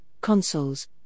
consoles